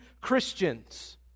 Christians